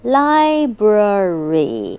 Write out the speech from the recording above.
library